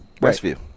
Westview